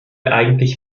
eigentlich